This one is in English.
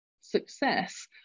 success